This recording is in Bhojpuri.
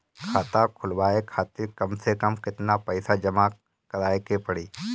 खाता खुलवाये खातिर कम से कम केतना पईसा जमा काराये के पड़ी?